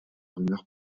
rumeur